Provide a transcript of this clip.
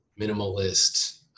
minimalist